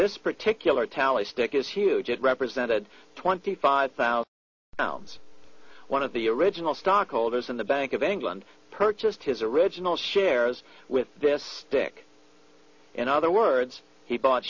this particular tally stick is huge it represented twenty five thousand pounds one of the original stock holders in the bank of england purchased his original shares with this stick in other words he bought